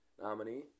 nominee